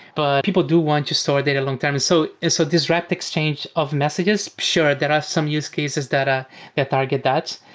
but people do want to store data long-term. and so so this rapid exchange of messages, sure, there are some use cases that ah that target that,